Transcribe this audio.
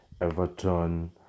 everton